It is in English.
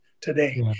today